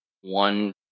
one